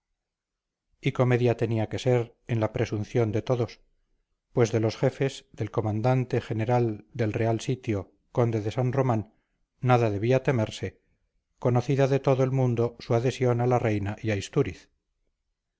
y comedia tenía que ser en la presunción de todos pues de los jefes del comandante general del real sitio conde de san román nada debía temerse conocida de todo el mundo su adhesión a la reina